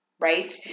right